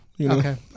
Okay